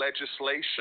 legislation